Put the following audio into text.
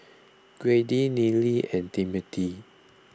Grady Neely and Timothy